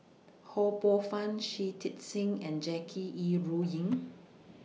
Ho Poh Fun Shui Tit Sing and Jackie Yi Ru Ying